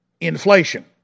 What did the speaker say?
inflation